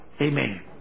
Amen